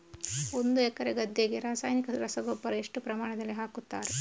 ಒಂದು ಎಕರೆ ಗದ್ದೆಗೆ ರಾಸಾಯನಿಕ ರಸಗೊಬ್ಬರ ಎಷ್ಟು ಪ್ರಮಾಣದಲ್ಲಿ ಹಾಕುತ್ತಾರೆ?